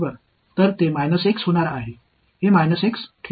மேற்பரப்புகளை எடுத்துக் கொள்வோம்